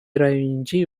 районӗнчи